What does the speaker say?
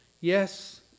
yes